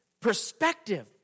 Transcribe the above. perspective